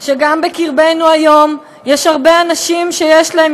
שגם בקרבנו היום יש הרבה אנשים שיש להם,